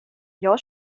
jag